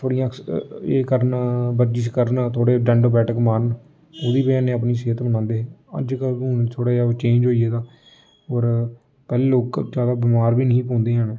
थोह्ड़ियां ऐक्स एह् करन बर्जिश करन थोह्ड़े डंड बैठक मारन ओह्दी ब'जा कन्नै अपनी सेह्त बनांदे हे अजकल्ल हून थोह्ड़ा जनेहा चेंज होई गेदा होर पैह्लें लोक जैदा बमार बी नेईं हे पौंदे हैन